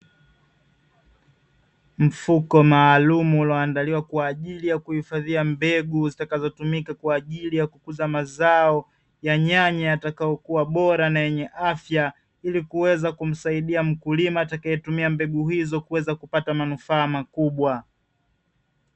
Mfuko maalumu ulioandaliwa kwaajili ya kuhifadhia mbegu zitakazotumika kwaajili ya kukuza mazao ya nyanya yatakayokua bora na yenye afya, ili kuweza kumsaidia mkulima atakaye tumia mbegu hizo kuweza kupata manufaa makubwa.